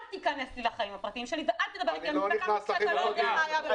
אל תיכנס לחיים הפרטיים שלי ואל תדבר איתי כאשר אתה לא יודע מה היה.